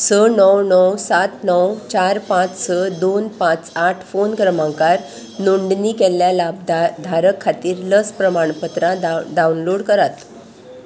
स णव णव सात णव चार पांच स दोन पांच आठ फोन क्रमांकार नोंदणी केल्ल्या लाभदा धारक खातीर लस प्रमाणपत्रां दा डावनलोड करात